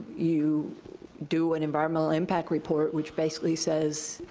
you do an environmental impact report which basically says,